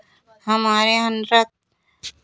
हमारे यहाँ नृत्य